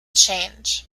change